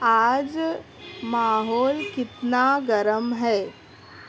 آج ماحول کتنا گرم ہے